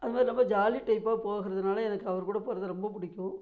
அந்தமாதிரி ரொம்ப ஜாலி டைப்பாக போகறதுனால எனக்கு அவர் கூட போகறது ரொம்ப பிடிக்கும்